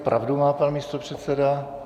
Pravdu má pan místopředseda.